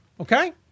okay